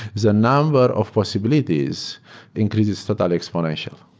the number of possibilities increases total exponential,